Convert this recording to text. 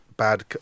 bad